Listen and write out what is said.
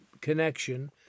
connection